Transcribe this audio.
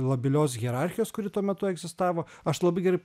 labilios hierarchijos kuri tuo metu egzistavo aš labai greitai